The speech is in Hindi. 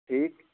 ठीक